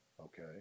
Okay